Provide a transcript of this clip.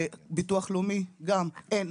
וגם ביטוח לאומי אין.